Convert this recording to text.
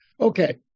Okay